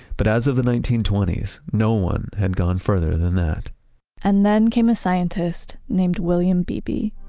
but as of the nineteen twenty s, no one had gone further than that and then came a scientist named william beebe